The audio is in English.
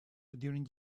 during